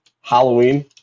halloween